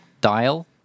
dial